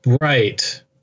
Right